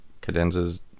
Cadenzas